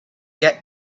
get